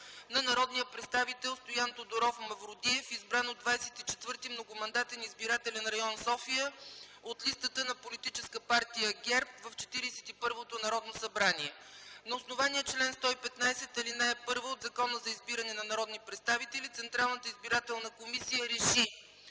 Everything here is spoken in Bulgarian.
на народния представител Стоян Тодоров Мавродиев – избран от 24. Многомандатен избирателен район – София, от листата на политическа партия ГЕРБ в Четиридесет и първото Народно събрание. На основание чл. 115, ал. 1 от Закона за избиране на народни представители Централната избирателна комисия РЕШИ: